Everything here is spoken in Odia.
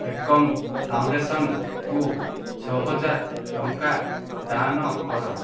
ଏକମ୍ ଫାଉଣ୍ଡେସନକୁ ଛଅହଜାର ଟଙ୍କା ଦାନ କର